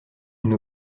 une